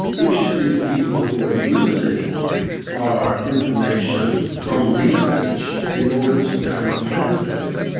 we should be the people who are using our information from research in order to translate this.